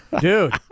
Dude